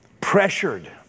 pressured